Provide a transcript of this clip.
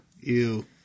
Ew